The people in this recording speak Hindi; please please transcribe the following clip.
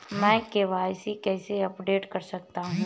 मैं के.वाई.सी कैसे अपडेट कर सकता हूं?